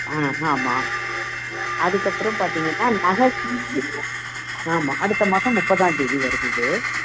ஆ ஆமாம் அதுக்கப்பறம் பார்த்திங்கன்னா நகை சீட்டு ஆமாம் அடுத்த மாதம் முப்பதாம்தேதி வருது இது